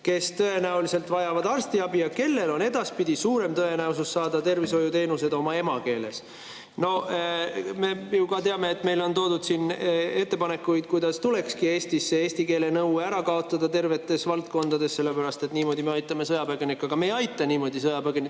kes tõenäoliselt vajavad arstiabi ja kellel on edaspidi suurem tõenäosus saada tervishoiuteenuseid oma emakeeles. No me ju teame, et meile on toodud siia ka ettepanekuid, kuidas tuleks Eestis eesti keele nõue ära kaotada tervetes valdkondades, sellepärast et niimoodi me aitame sõjapõgenikke. Aga me ei aita niimoodi sõjapõgenikke,